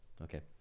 Okay